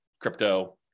crypto